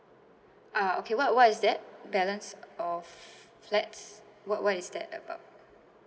ah okay what what is that balanced of flats what what is that about